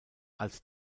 als